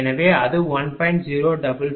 எனவே அது 1